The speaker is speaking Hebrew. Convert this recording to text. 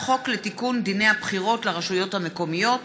חוק לתיקון דיני הבחירות לרשויות המקומיות,